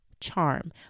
Charm